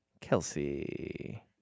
Kelsey